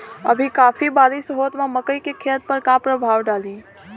अभी काफी बरिस होत बा मकई के खेत पर का प्रभाव डालि?